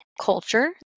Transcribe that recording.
culture